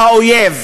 והאויב,